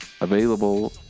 available